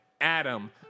Adam